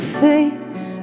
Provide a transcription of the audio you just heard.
face